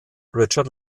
richard